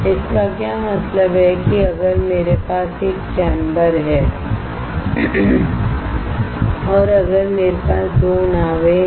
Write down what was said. इसका क्या मतलब है कि अगर मेरे पास एक चैम्बर है और अगर मेरे पास 2 नावें हैं